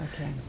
Okay